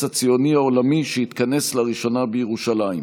הציוני העולמי שהתכנס לראשונה בירושלים.